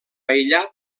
aïllat